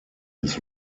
his